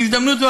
בהזדמנות זו,